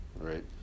right